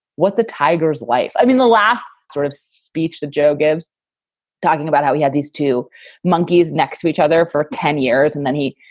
what? the tigers life? i mean, the last sort of speech that joe gibbs talking about, how he had these two monkeys next to each other for ten years, and then he,